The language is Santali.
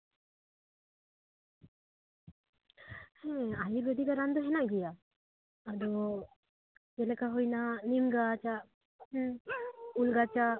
ᱟᱭᱩᱨᱵᱮᱫᱤᱠ ᱨᱮᱱᱟᱜ ᱨᱟᱱ ᱫᱚ ᱦᱮᱱᱟᱜ ᱜᱮᱭᱟ ᱟᱫᱚ ᱪᱮᱫᱞᱮᱠᱟ ᱦᱩᱭᱱᱟ ᱱᱤᱢ ᱜᱟᱪᱷᱟᱜ ᱦᱩᱸ ᱩᱞ ᱜᱟᱪᱷᱟᱜ